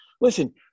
listen